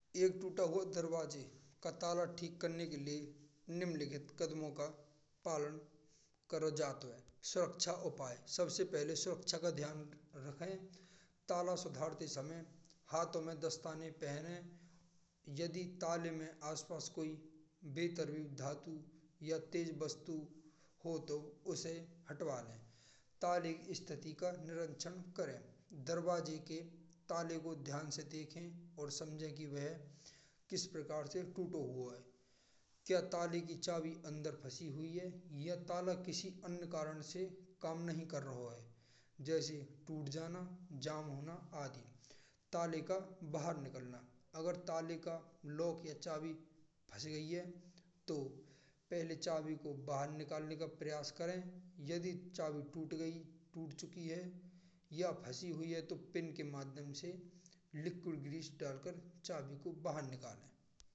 एक टूटा हुआ ताका ठीक करने के लिए निम्नलिखित कदमो का पालन करो जात है। सुरक्षा और उपाय: सबसे पहले सुरक्षा का ध्यान रखें। ताला सुधारते समय हाथों में दस्ताना पहनें। यदि ताले में आसपास कोई बेहतरीन धातु या तेज वस्तु हो तो उसे हटवा लें। ताले स्थिति का निरीक्षक करें। दरवाज़े के ताले को ध्यान से देखें। और समझें कि वह किस तरह से टूटा है। क्या ताले की चाबी अंदर फंसी हुई है या ताला किसी अन्य कारणों से काम नहीं कर रहा है। जैसे टूट जानो, जाम होना आदि। ताले का बाहर निकलना: यदि ताले की चाबी या लॉक फंस गई है। पहले चाबी को बाहर निकालने का प्रयास करें। यदि चाबी टूट गई है या टूट चुकी है। या फंसी हुई है तो पिन के माध्यम से लॉक्ड ग्रिज डाल कर चाबी को बाहर निकाल सकते हैं।